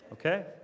Okay